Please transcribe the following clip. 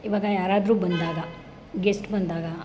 ಇವಾಗ ಯಾರಾದ್ರೂ ಬಂದಾಗ ಗೆಸ್ಟ್ ಬಂದಾಗ